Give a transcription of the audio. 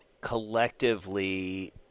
collectively